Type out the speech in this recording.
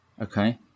Okay